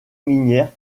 minière